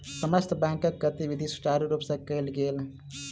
समस्त बैंकक गतिविधि सुचारु रूप सँ कयल गेल